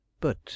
But